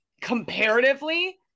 comparatively